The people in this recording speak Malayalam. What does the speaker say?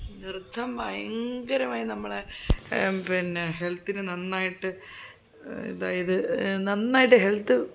നൃത്തം ഭയങ്കരമായി നമ്മളെ പിന്നെ ഹെൽത്തിന് നന്നായിട്ട് അതായത് നന്നായിട്ട് ഹെൽത്ത്